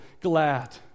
glad